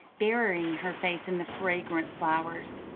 burying her face in the fragrant flowers.